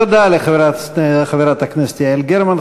תודה לחברת הכנסת יעל גרמן.